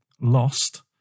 Lost